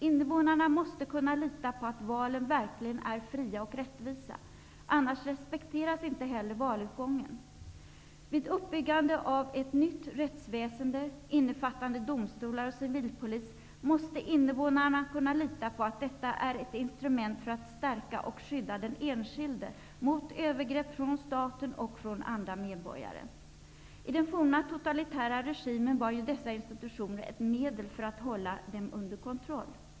Invånarna måste kunna lita på att valen verkligen är fria och rättvisa. Annars respekteras inte heller valutgången. Vid uppbyggande av ett nytt rättsväsende, innefattande domstolar och civilpolis, måste invånarna kunna lita på att detta är ett instrument för att stärka och skydda den enskilde -- mot övergrepp från staten och från andra medborgare. I den forna totalitära regimen var ju dessa institutioner ett medel för att hålla dem under kontroll.